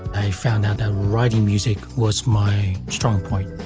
i found out that writing music was my strong point,